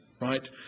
right